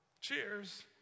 Cheers